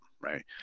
right